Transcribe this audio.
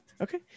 Okay